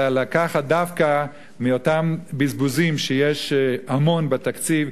אלא לקחת דווקא מאותם בזבוזים שיש המון בתקציב,